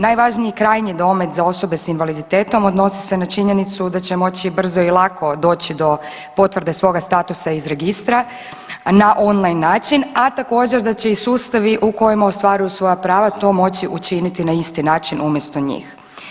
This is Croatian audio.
Najvažniji krajnji domet za osobe s invaliditetom odnose se na činjenicu da će moći brzo i lako doći do potvrde svoga statusa iz registra na online način, a također da će i sustavi u kojima ostvaruju svoja prava to moći učiniti na isti način umjesto njih.